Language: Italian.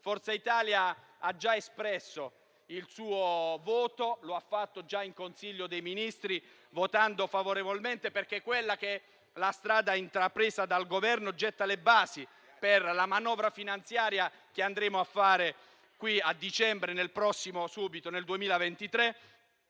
Forza Italia ha già espresso il suo voto in Consiglio dei ministri, votando favorevolmente, perché la strada intrapresa dal Governo getta le basi per la manovra finanziaria che andremo a fare nel prossimo dicembre 2023,